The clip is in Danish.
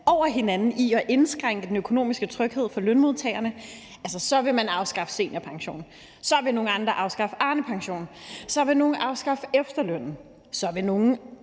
over hinanden med at indskrænke den økonomiske tryghed for lønmodtagerne. Så vil man afskaffe seniorpensionen; så vil nogle andre afskaffe Arnepensionen; så vil nogle afskaffe efterlønnen; så vil nogle